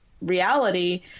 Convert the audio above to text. reality